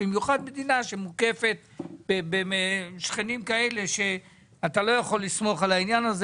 במיוחד מדינה שמוקפת שכנים כאלה שאתה לא יכול לסמוך עליהם.